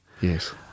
Yes